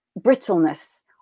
brittleness